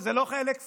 וזה לא חיילי כפייה.